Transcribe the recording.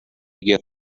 get